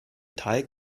teig